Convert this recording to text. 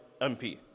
MP